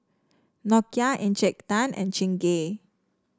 Nokia Encik Tan and Chingay